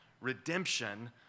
redemption